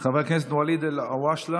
חבר הכנסת ואליד אלהואשלה,